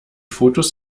fotos